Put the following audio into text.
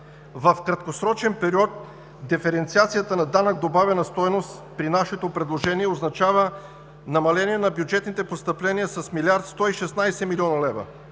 в краткосрочен период диференциацията на данък добавена стойност при нашето предложение означава намаление на бюджетните постъпления с милиард и 116 млн. лв.,